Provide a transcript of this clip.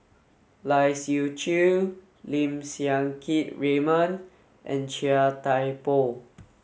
Lai Siu Chiu Lim Siang Keat Raymond and Chia Thye Poh